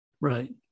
right